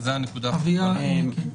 בבקשה.